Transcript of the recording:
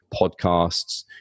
podcasts